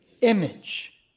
image